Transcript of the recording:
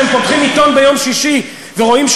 כשהם פותחים עיתון ביום שישי ורואים,